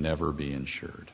never be insured